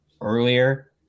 earlier